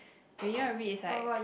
when you want read is like